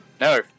No